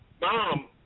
Mom